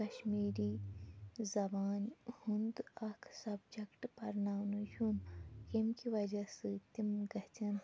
کَشمیٖری زَبانہِ ہُنٛد اَکھ سَبجَکٹ پَرناونہٕ یُن ییٚمہِ کہِ وَجہ سۭتۍ تِم گژھَن